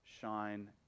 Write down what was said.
shine